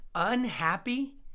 Unhappy